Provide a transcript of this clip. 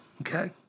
Okay